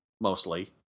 mostly